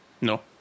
No